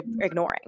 ignoring